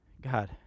God